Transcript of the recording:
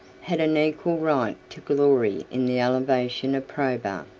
had an equal right to glory in the elevation of probus.